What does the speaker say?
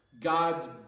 God's